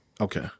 Okay